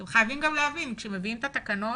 אתם חייבים להבין שכאשר מביאים את התקנות,